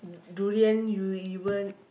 durian you even